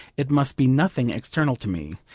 it must be nothing external to me.